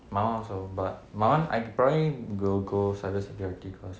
my [one] also but my [one] I probably will go cybersecurity cause